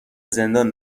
زندان